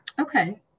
Okay